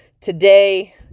today